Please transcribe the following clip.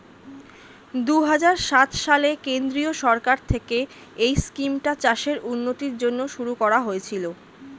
দুহাজার সাত সালে কেন্দ্রীয় সরকার থেকে এই স্কিমটা চাষের উন্নতির জন্য শুরু করা হয়েছিল